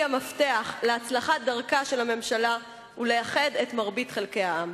המפתח להצלחת דרכה של הממשלה ולאיחוד מרבית חלקי העם.